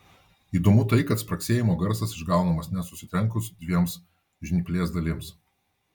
įdomu tai kad spragsėjimo garsas išgaunamas ne susitrenkus dviem žnyplės dalims